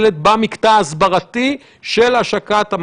יש איזה שהוא יעד קונקרטי של המל"ל